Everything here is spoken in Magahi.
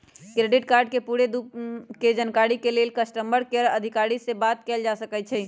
क्रेडिट कार्ड के पूरे दू के जानकारी के लेल कस्टमर केयर अधिकारी से बात कयल जा सकइ छइ